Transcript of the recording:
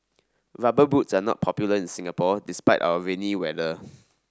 rubber boots are not popular in Singapore despite our rainy weather